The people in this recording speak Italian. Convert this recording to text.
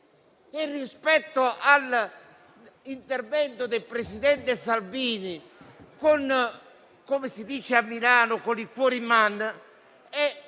Rispetto all'intervento del presidente Salvini - come si dice a Milano - "con il cuore in man",